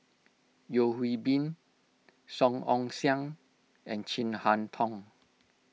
Yeo Hwee Bin Song Ong Siang and Chin Harn Tong